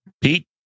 Pete